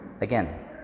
again